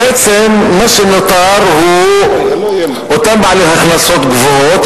בעצם מה שנותר הוא אותם בעלי הכנסות גבוהות,